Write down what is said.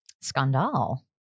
scandal